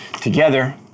together